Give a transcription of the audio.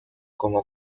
como